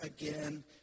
again